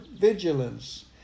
vigilance